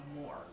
more